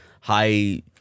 high-